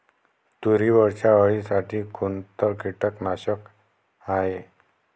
तुरीवरच्या अळीसाठी कोनतं कीटकनाशक हाये?